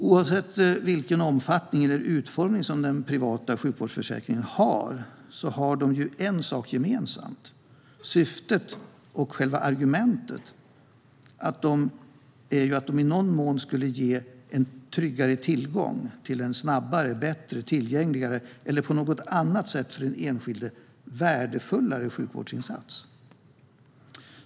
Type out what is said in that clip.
Oavsett vilken omfattning eller utformning som de privata sjukvårdsförsäkringarna har finns det en sak som de har gemensamt, nämligen syftet och själva argumentet att de i någon mån ska ge en tryggare tillgång till en snabbare, bättre, tillgängligare eller på något annat sätt för den enskilde värdefullare sjukvårdsinsats.